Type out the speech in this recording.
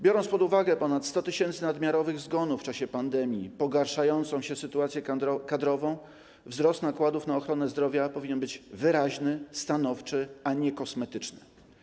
Biorąc pod uwagę ponad 100 tys. nadmiarowych zgonów w czasie pandemii, pogarszającą się sytuację kadrową, wzrost nakładów na ochronę zdrowia powinien być wyraźny, stanowczy, a nie kosmetyczny.